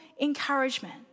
encouragement